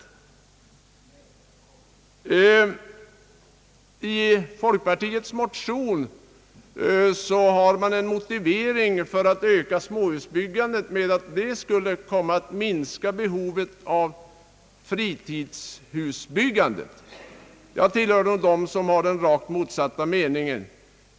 I folkpartiets motion har som en motivering för ökning av småhusbyggandet anförts att det skulle komma att minska behovet av fritidshusbyggande. Jag tillhör dem som har den rakt motsatta meningen.